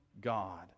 God